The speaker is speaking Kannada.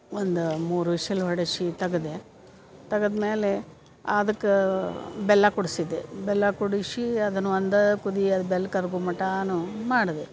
ಒಂದು ಮೂರು ವಿಶಲ್ ಒಡೆಸಿ ತಗ್ದೆ ತಗ್ದು ಮ್ಯಾಲೆ ಆದಕ್ಕೆ ಬೆಲ್ಲ ಕೂಡ್ಸಿದೆ ಬೆಲ್ಲ ಕೂಡಿಸಿ ಅದನ್ನ ಒಂದು ಕುದಿ ಬೆಲ್ಲ ಕರ್ಗು ಮಟಾನು ಮಾಡ್ದೆ